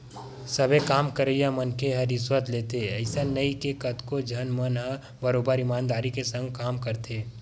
सबे काम करइया मनखे ह रिस्वत लेथे अइसन नइ हे कतको झन मन ह बरोबर ईमानदारी के संग काम करथे